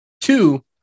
two